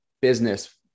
business